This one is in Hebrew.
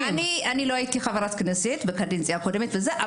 אני לא הייתי חברת כנסת בקדנציה הקודמת אבל